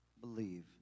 believe